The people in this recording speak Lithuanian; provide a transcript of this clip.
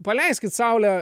paleiskit saule